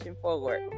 forward